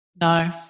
No